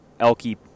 elky